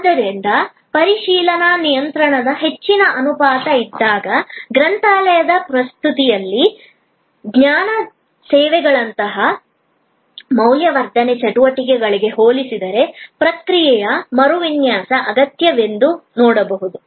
ಆದ್ದರಿಂದ ಪರಿಶೀಲನಾ ನಿಯಂತ್ರಣದ ಹೆಚ್ಚಿನ ಅನುಪಾತ ಇದ್ದಾಗ ಗ್ರಂಥಾಲಯದ ಪರಿಸ್ಥಿತಿಯಲ್ಲಿ ಜ್ಞಾನ ಸೇವೆಗಳಂತಹ ಮೌಲ್ಯವರ್ಧನೆ ಚಟುವಟಿಕೆಗಳಿಗೆ ಹೋಲಿಸಿದರೆ ಪ್ರಕ್ರಿಯೆಯ ಮರುವಿನ್ಯಾಸ ಅಗತ್ಯವೆಂದು ನೋಡಬಹುದು